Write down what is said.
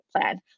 plan